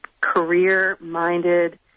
career-minded